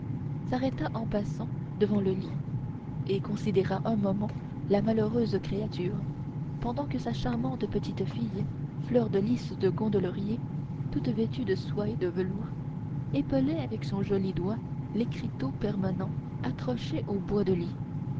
s'arrêta en passant devant le lit et considéra un moment la malheureuse créature pendant que sa charmante petite fille fleur de lys de gondelaurier toute vêtue de soie et de velours épelait avec son joli doigt l'écriteau permanent accroché au bois de lit